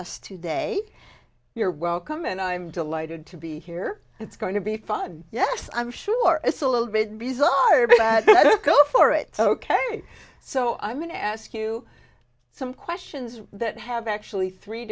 us today you're welcome and i'm delighted to be here it's going to be fun yes i'm sure it's a little bit bizarre but go for it ok so i'm going to ask you some questions that have actually three